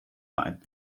line